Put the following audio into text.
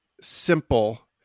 simple